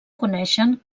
coneixen